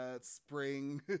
spring